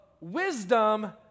wisdom